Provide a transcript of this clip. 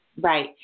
Right